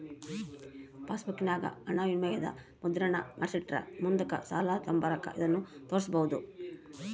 ಪಾಸ್ಬುಕ್ಕಿನಾಗ ಹಣವಿನಿಮಯದ ಮುದ್ರಣಾನ ಮಾಡಿಸಿಟ್ರ ಮುಂದುಕ್ ಸಾಲ ತಾಂಬಕಾರ ಇದನ್ನು ತೋರ್ಸ್ಬೋದು